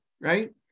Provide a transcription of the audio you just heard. right